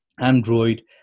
android